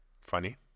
Funny